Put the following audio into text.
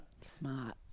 smart